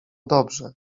dobrze